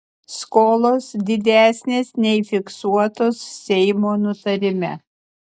skolos didesnės nei fiksuotos seimo nutarime